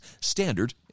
standard